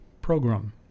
program